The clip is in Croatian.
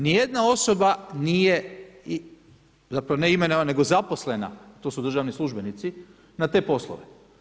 Ni jedna osoba nije zapravo ne imenovana nego zaposlena, to su državni službenici na te poslove.